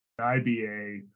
IBA